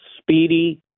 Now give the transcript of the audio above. speedy